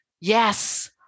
Yes